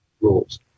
rules